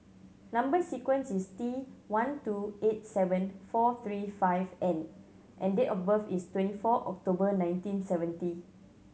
number sequence is T one two eight seven four three five N and date of birth is twenty four October nineteen seventy